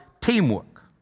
teamwork